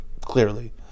clearly